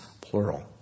plural